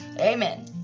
Amen